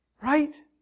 Right